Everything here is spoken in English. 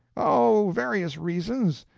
oh, various reasons.